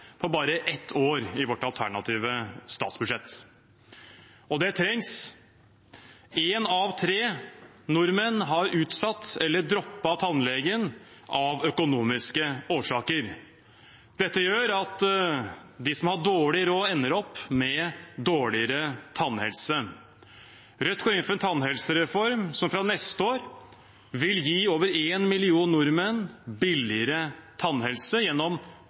på bare ett år i vårt alternative statsbudsjett. Det trengs. Én av tre nordmenn har utsatt eller droppet tannlegen av økonomiske årsaker. Dette gjør at de som har dårlig råd, ender med dårligere tannhelse. Rødt går inn for en tannhelsereform som fra neste år vil gi over én million nordmenn billigere tannhelse, gjennom